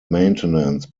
maintenance